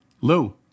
Lou